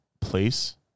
place